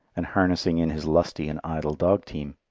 and harnessing in his lusty and idle dog team.